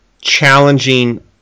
challenging